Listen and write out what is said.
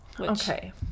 Okay